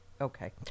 okay